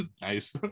nice